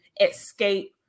escape